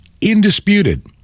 indisputed